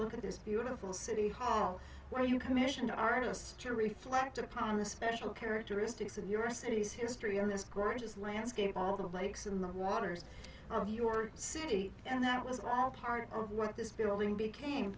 look at this beautiful city hall where you commissioned artists to reflect upon the special characteristics of your city's history on this greatest landscape all the lakes in the waters of your city and that was all part of what this building became